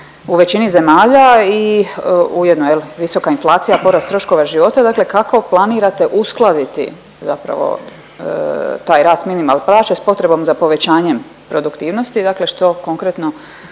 u većini zemalja i ujedno visoka inflacija, porast troškova života. Dakle, kako planirate uskladiti zapravo taj rast minimalne plaće s potrebom za povećanjem produktivnosti? Dakle, što konkretno